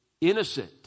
innocent